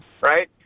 Right